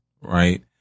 right